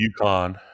UConn